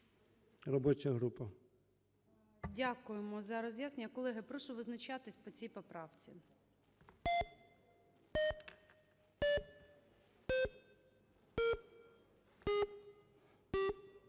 ГОЛОВУЮЧИЙ. Дякуємо за роз'яснення. Колеги, прошу визначатися по цій поправці.